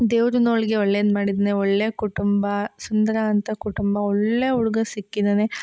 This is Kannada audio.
ದೇವ್ರೂ ಅವಳಿಗೆ ಒಳ್ಳೆದು ಮಾಡಿದ್ದಾನೆ ಒಳ್ಳೆಯ ಕುಟುಂಬ ಸುಂದರ ಅಂಥ ಕುಟುಂಬ ಒಳ್ಳೆಯ ಹುಡ್ಗ ಸಿಕ್ಕಿದ್ದಾನೆ